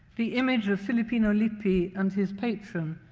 the image of filippino lippi and his patron,